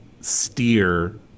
steer